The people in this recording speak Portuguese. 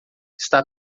está